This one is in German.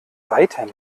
weiter